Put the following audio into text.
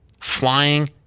flying